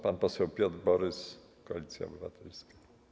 Pan poseł Piotr Borys, Koalicja Obywatelska.